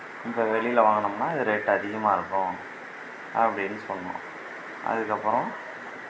இதை வெளியில் வாங்கணும்னால் இது ரேட் அதிகமாக இருக்கும் அப்படின்னு சொன்னேன் அதுக்கப்புறோம்